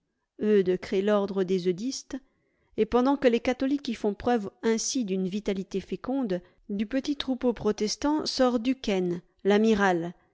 eudes crée l'ordre des eudistes et pendant que les catholiques y font preuve ainsi d'une vitalité féconde du petit troupeau protestant sort duquesne l'amiral